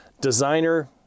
designer